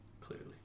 Clearly